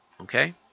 Okay